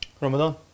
Ramadan